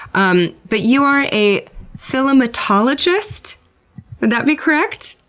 um but you are a philematologist? would that be correct?